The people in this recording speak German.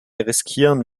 riskieren